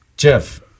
Jeff